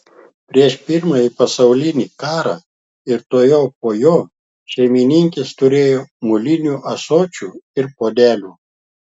prieš pirmąjį pasaulinį karą ir tuojau po jo šeimininkės turėjo molinių ąsočių ir puodelių